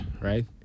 right